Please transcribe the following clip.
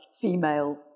female